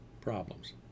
problems